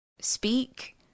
speak